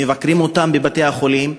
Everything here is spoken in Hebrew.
מבקרות אותם בבתי-החולים.